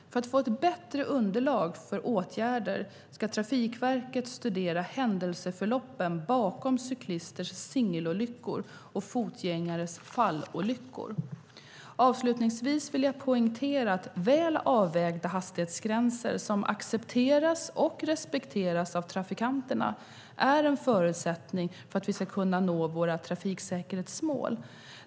För att få ett bättre underlag för åtgärder ska Trafikverket studera händelseförloppen bakom cyklisters singelolyckor och fotgängares fallolyckor. Avslutningsvis vill jag poängtera att väl avvägda hastighetsgränser, som accepteras och respekteras av trafikanterna, är en förutsättning för att vi ska kunna nå våra trafiksäkerhetsmål.